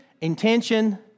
intention